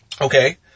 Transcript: Okay